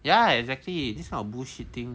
ya exactly this kind of bull shitting